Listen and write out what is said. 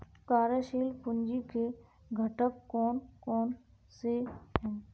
कार्यशील पूंजी के घटक कौन कौन से हैं?